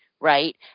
right